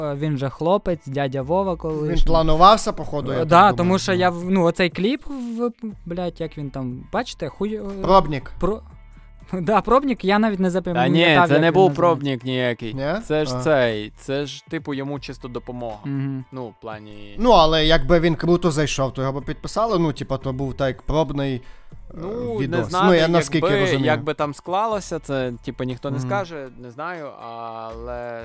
Він же хлопець, дядя Вова Він колишній. планувався, походу, я Е, да, так тому думаю, що я ну. в- ну, оцей кліп в- в- блядь, як він там, бачите, хуй- е, Пробник. про- да, пробник, я навіть не запам'ятав, Та ні, як це не він був називається. пробник ніякий. Ні? Це ж А. цей, це ж, типу, йому чисто допомога. Мгм. Ну, в плані- Ну, але якби він круто зайшов, то його б підписали, ну, типу, то був так пробний, е, Ну, не відос. Ну, знаю, я наскільки якби- розумію. якби там склалося, це, типу, ніхто не Мгм. скаже, не знаю, але